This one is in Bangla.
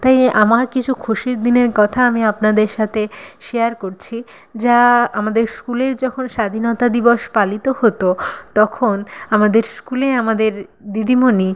তাই আমার কিছু খুশির দিনের কথা আমি আপনাদের সাথে শেয়ার করছি যা আমাদের স্কুলে যখন স্বাধীনতা দিবস পালিত হতো তখন আমাদের স্কুলে আমাদের দিদিমণি